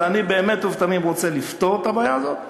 ואני באמת ובתמים רוצה לפתור את הבעיה הזאת,